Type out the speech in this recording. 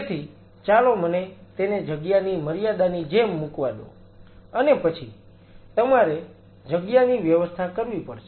તેથી ચાલો મને તેને જગ્યાની મર્યાદાની જેમ મૂકવા દો અને પછી તમારે જગ્યાની વ્યવસ્થા કરવી પડશે